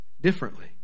differently